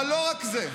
אבל לא רק זה: